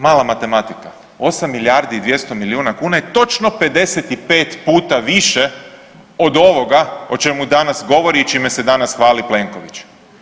Mala matematika, 8 milijardi i 200 milijuna kuna je točno 55 puta više od ovoga o čemu danas govori i čime se danas hvali Plenković.